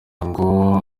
ngo